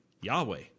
Yahweh